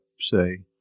say